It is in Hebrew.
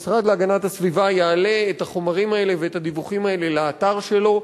המשרד להגנת הסביבה יעלה את החומרים האלה ואת הדיווחים האלה לאתר שלו,